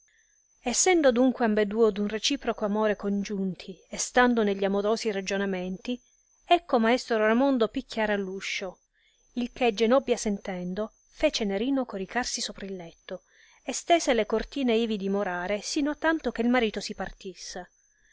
essendo adunque ambeduo d un reciproco amore congiunti e stando negli amorosi ragionementi ecco maestro raimondo picchiare all uscio il che genobbia sentendo fece nerino coricarsi sopra il letto e stese le cortine ivi dimorare sino a tanto che il marito si partisse